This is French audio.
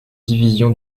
division